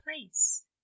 place